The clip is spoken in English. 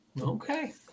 Okay